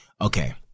Okay